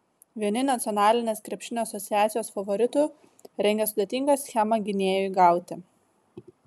vieni nacionalinės krepšinio asociacijos favoritų rengia sudėtingą schemą gynėjui gauti